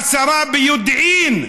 השרה ביודעין,